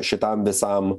šitam visam